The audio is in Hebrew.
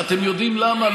ואתם יודעים למה?